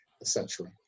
essentially